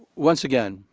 once again,